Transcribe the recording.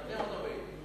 תרגם אותו ליידיש.